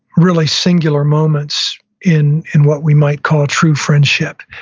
really singular moments in in what we might call a true friendship